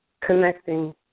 connecting